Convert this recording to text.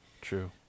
True